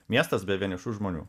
miestas be vienišų žmonių